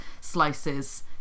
slices